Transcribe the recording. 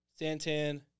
Santan